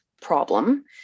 problem